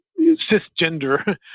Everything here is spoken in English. cisgender